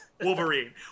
Wolverine